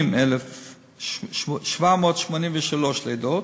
180,783 לידות,